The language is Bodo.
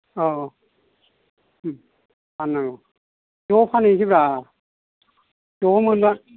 औ उम फाननांगौ ज' फानहैनोसैब्रा ज' मोनब्ला